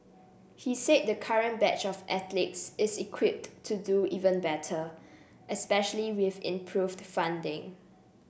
he said the current batch of athletes is equipped to do even better especially with improved funding